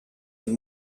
and